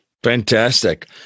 Fantastic